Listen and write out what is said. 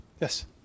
Yes